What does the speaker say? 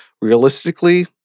Realistically